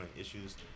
issues